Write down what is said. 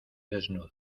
desnudo